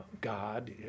God